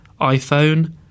iPhone